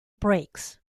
breaks